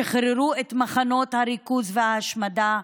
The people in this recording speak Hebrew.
שחררו את מחנות הריכוז וההשמדה,